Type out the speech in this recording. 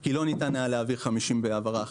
כי לא ניתן היה להעביר 50 אלף בהעברה אחת,